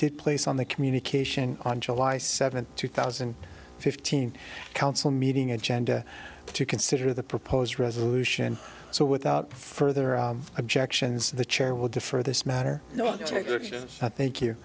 did place on the communication on july seventh two thousand and fifteen council meeting agenda to consider the proposed resolution so without further objections the chair will defer this matter oh ok i thank you